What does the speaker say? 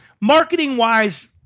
Marketing-wise